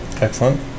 excellent